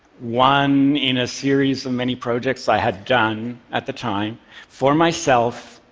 one in a series of many projects i had done at the time for myself,